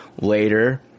later